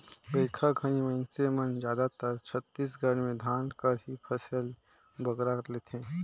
बरिखा घनी मइनसे मन जादातर छत्तीसगढ़ में धान कर ही फसिल बगरा लेथें